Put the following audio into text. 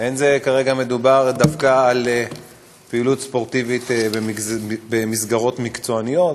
לא מדובר כרגע דווקא על פעילות ספורטיבית במסגרות מקצועניות,